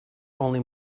only